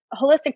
holistic